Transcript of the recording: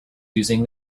using